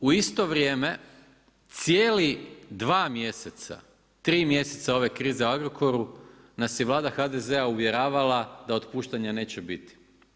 U isto vrijeme cijeli dva mjeseca, tri mjeseca ove krize u Agrokoru nas je Vlada HDZ-a uvjeravala da otpuštanja neće biti.